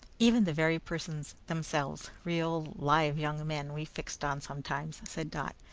even the very persons themselves real live young men we fixed on sometimes, said dot.